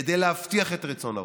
כדי להבטיח את רצון הרוב.